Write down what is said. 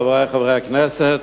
חברי חברי הכנסת,